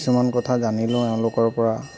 কিছুমান কথা জানিলো এওঁলোকৰ পৰা